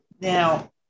Now